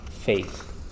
faith